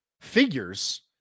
figures